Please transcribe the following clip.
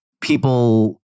people